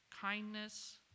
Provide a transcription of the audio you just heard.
kindness